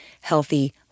healthy